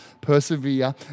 persevere